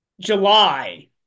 July